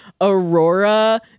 Aurora